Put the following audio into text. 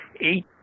eight